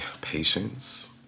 patience